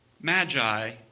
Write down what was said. magi